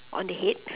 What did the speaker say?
on the head